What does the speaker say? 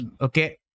okay